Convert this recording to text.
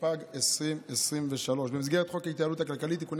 התשפ"ג 2023. במסגרת חוק ההתייעלות הכלכלית (תיקוני